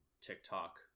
TikTok